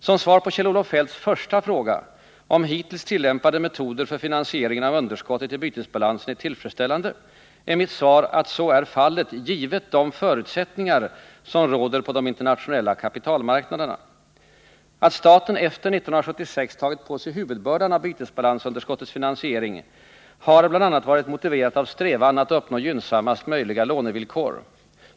Som svar på Kjell-Olof Feldts första fråga om hittills tillämpade metoder för finansieringen av underskottet i bytesbalansen är tillfredsställande är mitt svar att så är fallet under de förutsättningar som råder på de internationella kapitalmarknaderna. Att staten efter 1976 tagit på sig huvudbördan av bytesbalansunderskottets finansiering har bl.a. varit motiverat av strävan att uppnå gynnsammast möjliga lånevillkor.